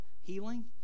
healing